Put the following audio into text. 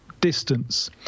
distance